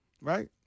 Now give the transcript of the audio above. right